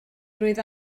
roedd